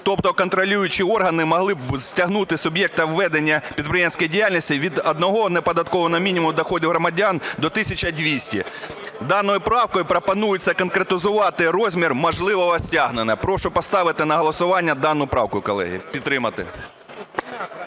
Тобто контролюючі органи могли б стягнути з суб'єкта ведення підприємницької діяльності від одного неоподаткованого мінімуму доходів громадян до 1 тисячі 200. Даною правкою пропонується конкретизувати розмір можливого стягнення. Прошу поставити на голосування дану правку, колеги, підтримати.